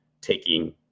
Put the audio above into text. taking